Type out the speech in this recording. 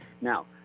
Now